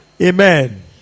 Amen